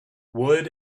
wood